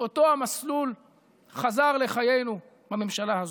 חזר לחיינו בממשלה הזו.